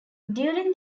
during